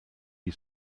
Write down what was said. die